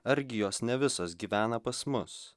argi jos ne visos gyvena pas mus